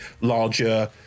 larger